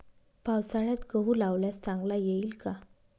पावसाळ्यात गहू लावल्यास चांगला येईल का?